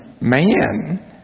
man